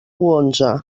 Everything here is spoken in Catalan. onze